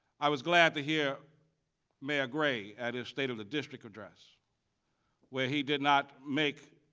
i was glad to hear mayor gray at his state of the district address where he did not make